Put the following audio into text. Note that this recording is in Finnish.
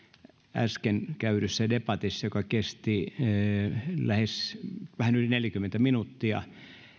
äsken käydyssä debatissa joka kesti vähän yli neljäkymmentä minuuttia